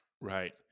Right